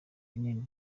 binini